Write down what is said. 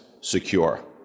secure